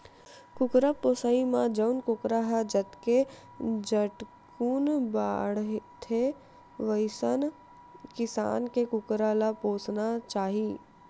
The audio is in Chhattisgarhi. कुकरा पोसइ म जउन कुकरा ह जतके झटकुन बाड़थे वइसन किसम के कुकरा ल पोसना चाही